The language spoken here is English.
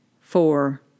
Four